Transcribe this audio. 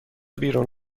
بیرون